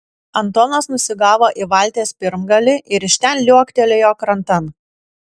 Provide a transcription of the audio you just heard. antonas nusigavo į valties pirmgalį ir iš ten liuoktelėjo krantan